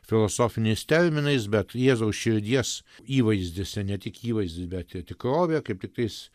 filosofiniais terminais bet jėzaus širdies įvaizdis ne tik įvaizdis bet ir tikrovė kaip tiktais